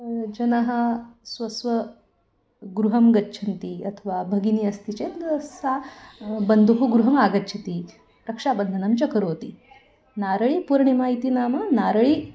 जनः स्वस्वगृहं गच्छन्ति अथवा भगिनी अस्ति चेत् सा बन्धुः गृहम् आगच्छति रक्षाबन्धनं च करोति नारळीपूर्णिमा इति नाम नारळी